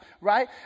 Right